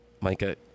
Micah